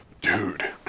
dude